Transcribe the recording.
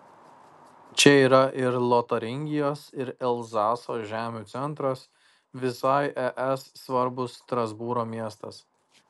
čia yra ir lotaringijos ir elzaso žemių centras visai es svarbus strasbūro miestas